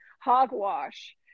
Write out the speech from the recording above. hogwash